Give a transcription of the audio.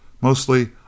Mostly